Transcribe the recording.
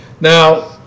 now